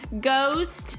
ghost